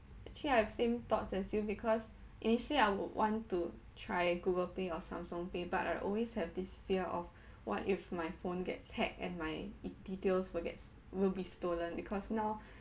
actually I have same thoughts as you because initially I would want to try Google Pay or Samsung Pay but I always have this fear of what if my phone gets hacked and my details will get will be stolen because now